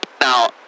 now